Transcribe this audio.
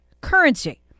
currency